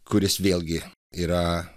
kuris vėlgi yra